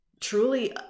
truly